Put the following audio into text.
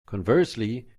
conversely